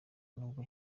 n’ubwo